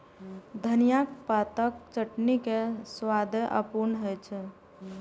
धनियाक पातक चटनी के स्वादे अपूर्व होइ छै